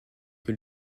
que